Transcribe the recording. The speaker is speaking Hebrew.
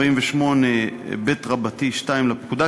248ב(2) לפקודה,